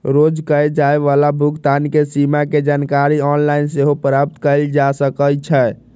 रोज कये जाय वला भुगतान के सीमा के जानकारी ऑनलाइन सेहो प्राप्त कएल जा सकइ छै